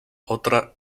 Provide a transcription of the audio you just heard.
otra